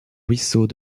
ruisseaux